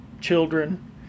children